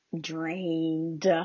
drained